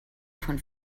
von